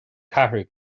ceathrú